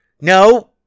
No